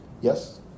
Yes